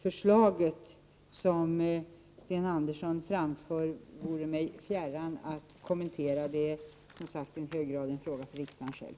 Förslaget som Sten Andersson i Malmö framförde vore mig fjärran att kommentera. Det är i hög grad en fråga för riksdagen själv.